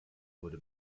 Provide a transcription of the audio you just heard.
wurde